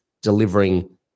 delivering